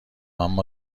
اما